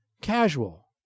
Casual